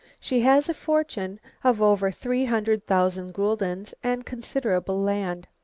she has a fortune of over three hundred thousand guldens, and considerable land.